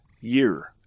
year